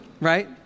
right